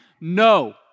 No